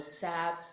WhatsApp